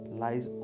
lies